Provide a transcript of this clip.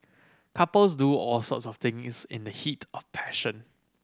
couples do all sorts of things in the heat of passion